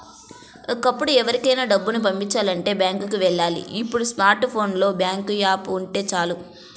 ఒకప్పుడు ఎవరికైనా డబ్బుని పంపిచాలంటే బ్యాంకులకి వెళ్ళాలి ఇప్పుడు స్మార్ట్ ఫోన్ లో బ్యాంకు యాప్ ఉంటే చాలు